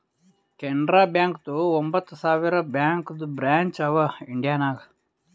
ಕೆನರಾ ಬ್ಯಾಂಕ್ದು ಒಂಬತ್ ಸಾವಿರ ಬ್ಯಾಂಕದು ಬ್ರ್ಯಾಂಚ್ ಅವಾ ಇಂಡಿಯಾ ನಾಗ್